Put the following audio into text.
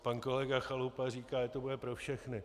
Pan kolega Chalupa říká, jak to bude pro všechny.